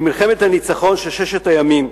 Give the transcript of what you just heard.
במלחמת הניצחון של ששת הימים.